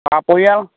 পা পৰিয়াল